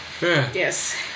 Yes